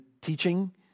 teaching